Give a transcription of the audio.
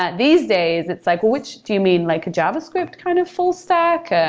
these days, it's like which do you mean, like a javascript kind of full-stack.